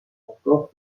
خوابگاه